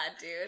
dude